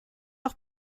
auch